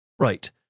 Right